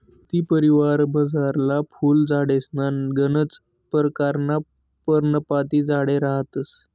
तुती परिवारमझारला फुल झाडेसमा गनच परकारना पर्णपाती झाडे रहातंस